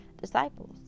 disciples